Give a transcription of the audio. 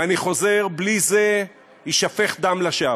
ואני חוזר: בלי זה יישפך דם לשווא.